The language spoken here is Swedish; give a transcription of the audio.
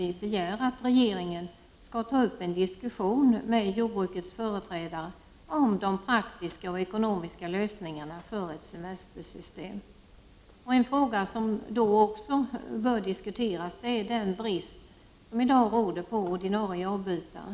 Vi begär nämligen att regeringen skall ta upp en diskussion med jordbrukets företrädare om de praktiska och ekonomiska lösningarna för ett semestersystem. En fråga som då också bör diskuteras är frågan om den brist som i dag råder vad gäller ordinarie avbytare.